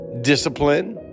discipline